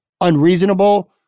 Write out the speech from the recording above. unreasonable